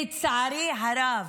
לצערי הרב,